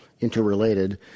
interrelated